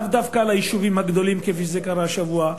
לאו דווקא על היישובים הגדולים כפי שזה קרה השבוע,